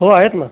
हो आहेत ना